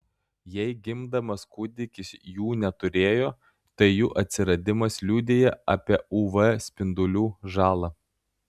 jei gimdamas kūdikis jų neturėjo tai jų atsiradimas liudija apie uv spindulių žalą